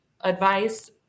advice